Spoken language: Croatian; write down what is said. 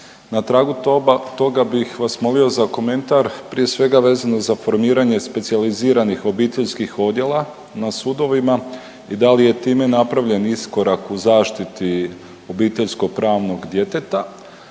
Na tragu toga bih vas molio za komentar prije svega vezano za formiranje specijaliziranih obiteljskih odjela na sudovima i da li je time napravljen iskorak u zaštiti obiteljsko-pravno djeteta.